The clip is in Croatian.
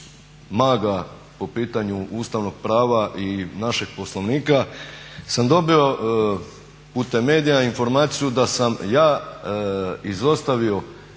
maga po pitanju ustavnog prava i našeg Poslovnika sam dobio putem medija informaciju, da sam ja izostavio